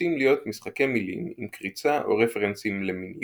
שנוטים להיות משחקי מילים עם קריצה או רפרנסים למיניות,